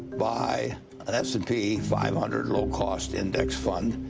buy an s and p five hundred low-cost index fund.